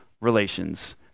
relations